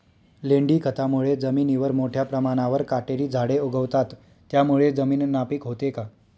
लेंडी खतामुळे जमिनीवर मोठ्या प्रमाणावर काटेरी झाडे उगवतात, त्यामुळे जमीन नापीक होते का?